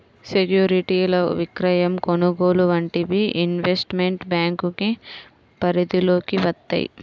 సెక్యూరిటీల విక్రయం, కొనుగోలు వంటివి ఇన్వెస్ట్మెంట్ బ్యేంకింగ్ పరిధిలోకి వత్తయ్యి